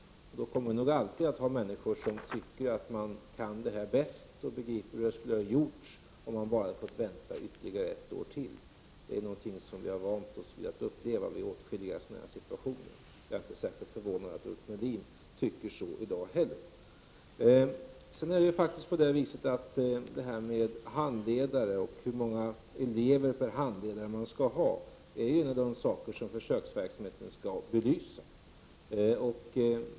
Det kommer alltid att finnas människor som tycker att de kan detta bäst och begriper hur det skulle ha gjorts, om man bara hade fått vänta ett år till. Det är något som vi har vant oss vid att uppleva i åtskilliga sådana här situationer. Jag är inte särskilt förvånad över att Ulf Melin tycker så i dag heller. Hur många elever det bör vara per handledare är en av de saker som försöksverksamheten skall belysa.